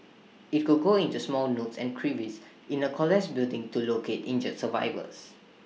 IT could go into small nooks and crevices in A collapsed building to locate injured survivors